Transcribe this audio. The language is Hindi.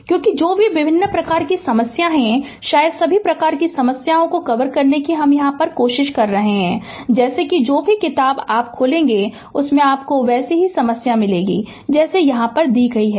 क्योंकि जो भी विभिन्न प्रकार की समस्याएं हैं शायद सभी प्रकार की समस्याओं को कवर करने की कोशिश कर रही हैं जैसे कि जो भी किताब खुलेगी वहां समस्याएं लगभग वैसी ही होंगी जैसी यहां की गई हैं